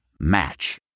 Match